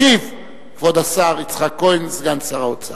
ישיב כבוד השר יצחק כהן, סגן שר האוצר.